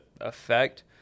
effect